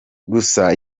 gusa